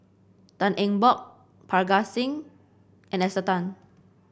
Tan Eng Bock Parga Singh and Esther Tan